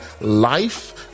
life